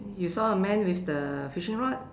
you saw a man with the fishing rod